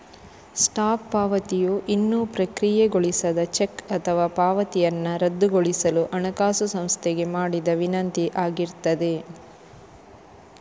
stop ಪಾವತಿಯು ಇನ್ನೂ ಪ್ರಕ್ರಿಯೆಗೊಳಿಸದ ಚೆಕ್ ಅಥವಾ ಪಾವತಿಯನ್ನ ರದ್ದುಗೊಳಿಸಲು ಹಣಕಾಸು ಸಂಸ್ಥೆಗೆ ಮಾಡಿದ ವಿನಂತಿ ಆಗಿರ್ತದೆ